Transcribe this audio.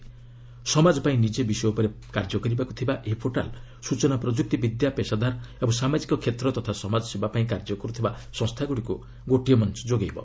ସମାଜ ପାଇଁ ନିଜେ ବିଷୟ ଉପରେ କାର୍ଯ୍ୟ କରିବାକୁ ଥିବା ଏହି ପୋର୍ଟାଲ୍ ସ୍ଟଚନା ପ୍ରଯୁକ୍ତି ବିଦ୍ୟା ପେଷାଦାର ଓ ସାମାଜିକ କ୍ଷେତ୍ର ତଥା ସମାଜସେବା ପାଇଁ କାର୍ଯ୍ୟ କରୁଥିବା ସଂସ୍ଥାଗୁଡ଼ିକୁ ଗୋଟିଏ ମଞ୍ଚ ଯୋଗାଇ ଦେବ